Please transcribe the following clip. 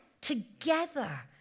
Together